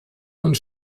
und